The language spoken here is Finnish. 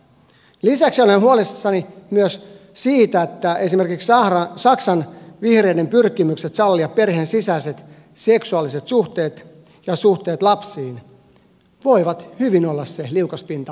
lisäksi olen huolissani myös siitä että esimerkiksi saksan vihreiden pyrkimykset sallia perheen sisäiset seksuaaliset suhteet ja suhteet lapsiin voivat hyvin olla se liukas pinta muuhunkin eurooppaan